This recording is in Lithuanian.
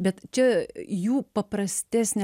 bet čia jų paprastesnė